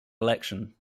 election